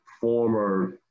former